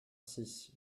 six